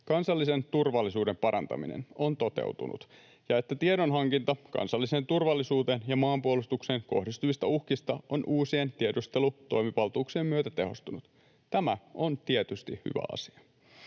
kansallisen turvallisuuden parantaminen on toteutunut ja että tiedonhankinta kansalliseen turvallisuuteen ja maanpuolustukseen kohdistuvista uhkista on uusien tiedustelutoimivaltuuksien myötä tehostunut. Tämä on tietysti hyvä asia.